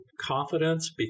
confidence